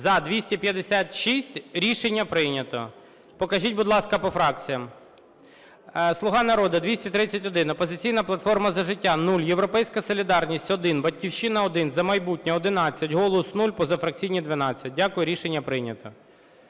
За-256 Рішення прийнято. Покажіть, будь ласка, по фракціям. "Слуга народу" - 231, "Опозиційна платформа - За життя" – 0, "Європейська солідарність" - 1, "Батьківщина" – 1, "За майбутнє" –1, "Голос" – 0, позафракційні – 12. Дякую. Рішення прийнято.